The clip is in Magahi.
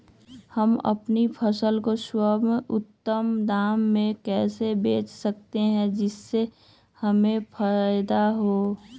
हम अपनी फसल को सर्वोत्तम दाम में कैसे बेच सकते हैं जिससे हमें फायदा हो?